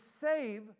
save